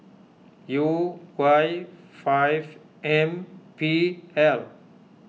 U Y five M P L